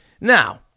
Now